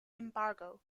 embargo